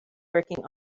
working